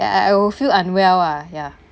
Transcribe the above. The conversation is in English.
I I will feel unwell ah ya